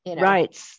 Right